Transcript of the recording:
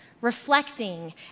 Reflecting